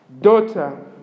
Daughter